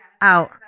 out